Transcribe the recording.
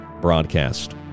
broadcast